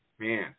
man